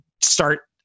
start